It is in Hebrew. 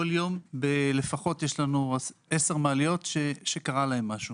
יום בלפחות 10 מעליות שקרה להן משהו.